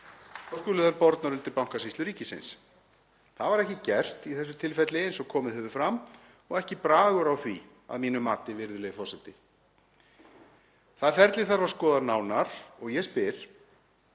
þá skulu þær bornar undir Bankasýslu ríkisins. Það var ekki gert í þessu tilfelli, eins og komið hefur fram, og ekki góður bragur á því að mínu mati. Það ferli þarf að skoða nánar og ég spyr: